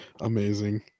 amazing